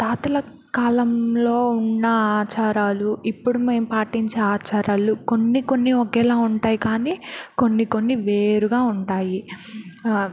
తాతల కాలంలో ఉన్న ఆచారాలు ఇప్పుడు మేము పాటించే ఆచారాలు కొన్ని కొన్ని ఒకేలా ఉంటాయి కానీ కొన్ని కొన్ని వేరుగా ఉంటాయి